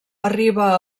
arriba